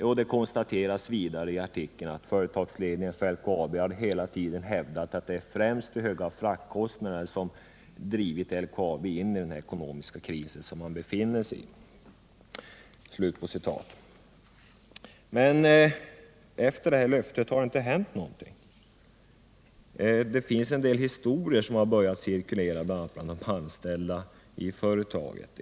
I artikeln konstateras vidare att företagsledningen för LKAB hela tiden har hävdat att det främst är de höga fraktkostnaderna som har drivit LKAB in i den ekonomiska kris som företaget befinner sig i. Efter det här löftet har det inte hänt någonting. En del historier har börjat cirkulera bland de anställda i företaget.